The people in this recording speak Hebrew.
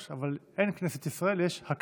יש "יושב-הראש", אבל אין "כנסת ישראל" יש "הכנסת",